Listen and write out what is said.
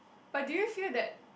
but do you feel that